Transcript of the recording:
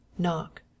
knock